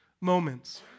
moments